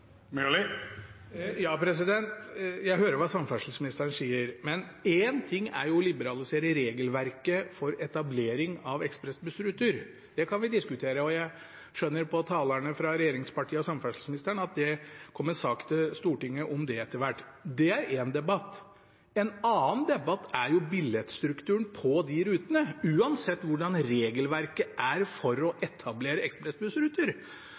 Jeg hører hva samferdselsministeren sier, men én ting er å liberalisere regelverket for etablering av ekspressbussruter. Det kan vi diskutere, og jeg skjønner på talerne fra regjeringspartiene og på samferdselsministeren at det kommer en sak til Stortinget om det etter hvert. Det er én debatt. En annen debatt er billettstrukturen på de rutene. Uansett hvordan regelverket er for å etablere ekspressbussruter,